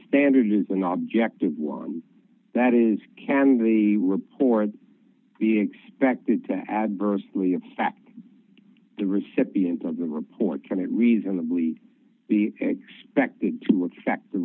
standard is an object it was that is can they report be expected to adversely affect the recipient of the report can it reasonably be expected to affect the